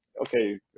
okay